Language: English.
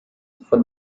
for